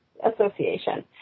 association